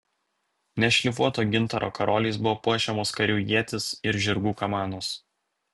nešlifuoto gintaro karoliais buvo puošiamos karių ietys ir žirgų kamanos